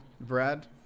brad